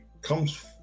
comes